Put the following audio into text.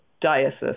diocese